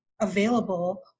available